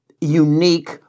unique